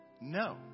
no